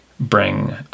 bring